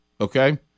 okay